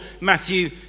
Matthew